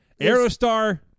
Aerostar